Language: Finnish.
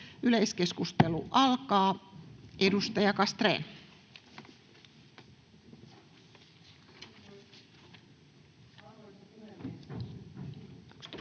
Yleiskeskustelu alkaa. Edustaja Suhonen,